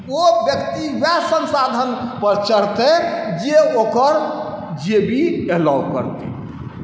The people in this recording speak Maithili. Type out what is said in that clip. ओ व्यक्ति वएह संसाधनपर चढ़तै जे ओकर जेबी एलाउ करतै